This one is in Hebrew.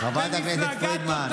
חברת הכנסת פרידמן.